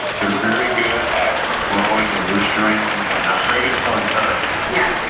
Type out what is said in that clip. they're very good at crowing and roostering but not very good at telling time. yeah,